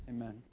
Amen